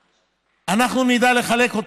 אנחנו נדע לחלק אותו.